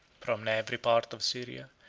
from every part of syria,